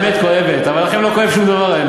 מארחת תלמידי חכמים מחו"ל, מהתפוצה?